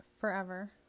forever